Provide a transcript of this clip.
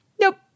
Nope